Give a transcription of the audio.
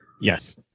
Yes